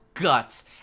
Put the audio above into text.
Guts